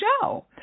show